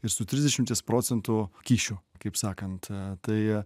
ir su trisdešimties procentų kyšiu kaip sakant tai